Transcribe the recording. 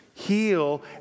heal